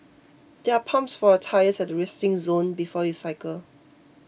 there are pumps for your tyres at the resting zone before you cycle